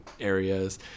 areas